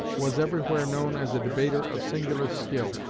was everywhere known as a debater of singular skill.